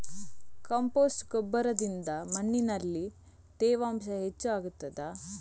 Compost ಗೊಬ್ಬರದಿಂದ ಮಣ್ಣಿನಲ್ಲಿ ತೇವಾಂಶ ಹೆಚ್ಚು ಆಗುತ್ತದಾ?